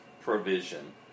provision